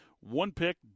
one-pick